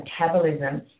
metabolism